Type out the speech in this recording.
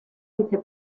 vice